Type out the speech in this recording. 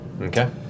Okay